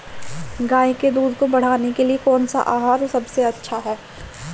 गाय के दूध को बढ़ाने के लिए कौनसा आहार सबसे अच्छा है?